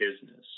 business